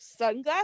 sunglass